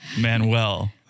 Manuel